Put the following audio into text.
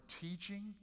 teaching